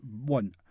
one